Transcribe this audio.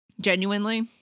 Genuinely